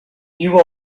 you